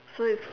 so it's